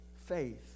faith